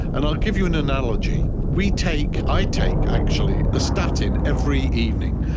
and i'll give you an analogy. we take, i take actually a statin every evening,